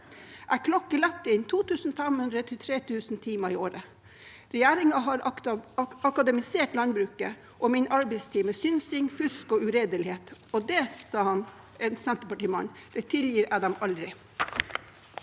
Jeg klokker lett inn 2 500–3 000 timer i året. Regjeringa har akademisert landbruket og min arbeidstid med synsing, fusk og uredelighet. Det tilgir jeg dem aldri,